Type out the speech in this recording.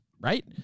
Right